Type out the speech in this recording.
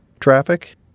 traffic